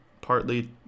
partly